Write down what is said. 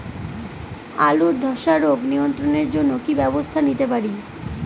আলুর ধ্বসা রোগ নিয়ন্ত্রণের জন্য কি কি ব্যবস্থা নিতে পারি?